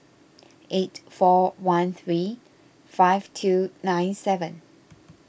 eight four one three five two nine seven